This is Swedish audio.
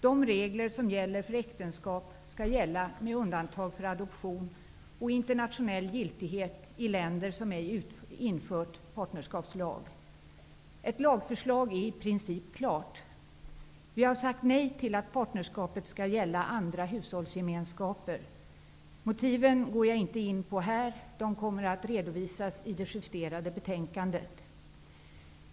De regler som gäller för äktenskap skall gälla med undantag för adoption och internationell giltighet i länder som ej har infört partnerskapslag. Ett lagförslag är i praktiken klart. Vi har sagt nej till att partnerskapet skall gälla andra hushållsgemenskaper. Motiven går jag inte in på här. De kommer att redovisas i det justerade betänkandet.